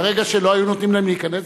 ברגע שלא היו נותנים להם להיכנס,